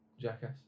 Jackass